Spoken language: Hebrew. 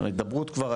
הדברות כבר,